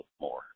more